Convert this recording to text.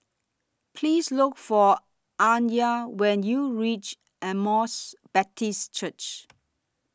Please Look For Anya when YOU REACH Emmaus Baptist Church